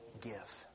give